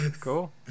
cool